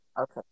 Okay